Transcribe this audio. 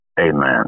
Amen